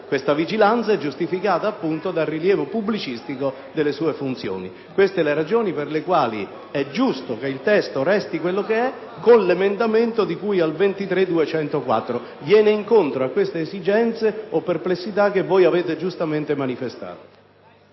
Questa vigilanza è giustificata dal rilievo pubblicistico delle sue funzioni. Queste sono le ragioni per le quali è giusto che il testo resti quello che è, con la modifica di cui all'emendamento 23.204, che viene incontro alle queste esigenze o perplessità che avete giustamente manifestato.